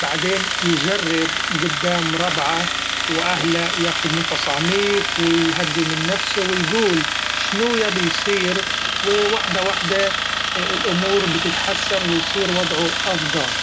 بعدين يجرب قدام ربعه و أهله ، ياخد نفس عميق و يهدي من نفسه و يقول شنو يبي يصير و واحده واحدا الأمور بتتحسن و يصير وضعو افضل.